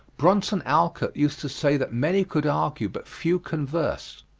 bronson alcott used to say that many could argue, but few converse.